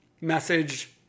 message